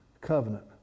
covenant